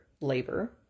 labor